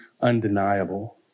undeniable